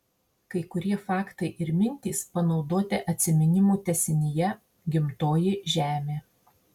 kai kurie faktai ir mintys panaudoti atsiminimų tęsinyje gimtoji žemė